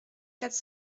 quatre